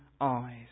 eyes